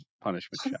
punishment